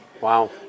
Wow